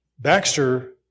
Baxter